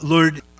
Lord